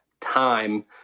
time